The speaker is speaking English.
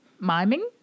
miming